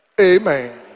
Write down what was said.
Amen